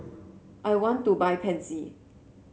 I want to buy Pansy